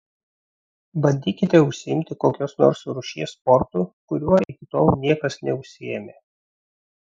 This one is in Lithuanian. bandykite užsiimti kokios nors rūšies sportu kuriuo iki tol niekas neužsiėmė